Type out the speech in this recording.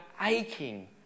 aching